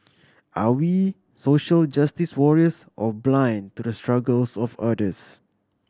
are we social justice warriors or blind to the struggles of others